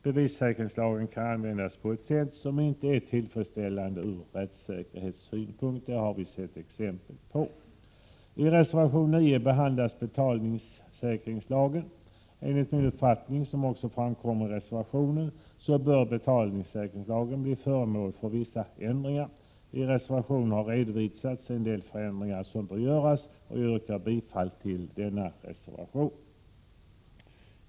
Bevissäkringslagen kan användas på ett sätt som inte är tillfredsställande ur rättssäkerhetssynpunkt. Det har vi sett exempel på. I reservation 9 behandlas betalningssäkringslagen. Enligt min uppfattning, som också framkommer i reservationen, bör betalningssäkringslagen bli föremål för vissa ändringar. I reservationen har redovisats en del förändringar som bör göras. Jag yrkar bifall till reservationen.